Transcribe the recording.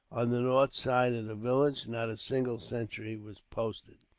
on the north side of the village. not a single sentry was posted.